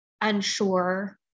unsure